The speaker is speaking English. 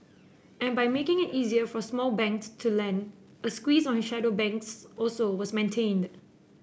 and by making it easier for small banks to lend a squeeze on shadow banks also was maintained